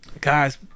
Guys